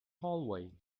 hallway